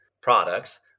products